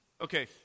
okay